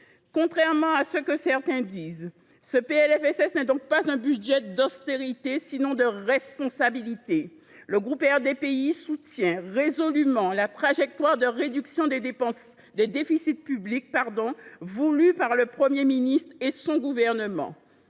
Contrairement à ce que certains affirment, ce PLFSS est donc un budget non pas d’austérité, mais de responsabilité. Le groupe RDPI soutient résolument la trajectoire de réduction des déficits publics voulue par le Premier ministre et son gouvernement.